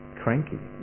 cranky